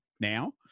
now